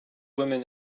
women